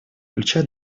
включая